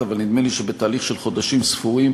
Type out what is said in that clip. אבל נדמה לי שבתהליך של חודשים ספורים